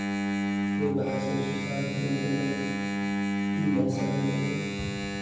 تہٕ بہٕ سا چھُس اَتھ مُتعلِق یی یژھان وَنُن